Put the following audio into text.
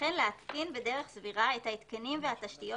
וכן להתקין בדרך סבירה את ההתקנים והתשתיות